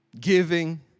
giving